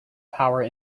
power